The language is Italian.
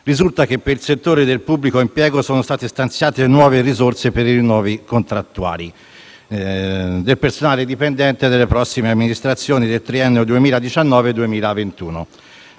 risulta che per il settore del pubblico impiego sono state stanziate nuove risorse per i rinnovi contrattuali del personale dipendente delle prossime amministrazioni del triennio 2019-2021.